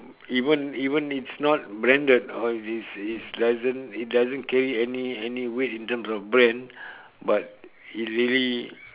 even even it's not branded or is is is doesn't it doesn't carry any any weight in terms of brand but it really